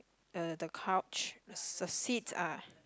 the the couch the seats are